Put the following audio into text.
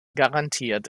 garantiert